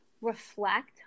reflect